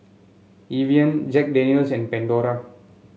Evian Jack Daniel's and Pandora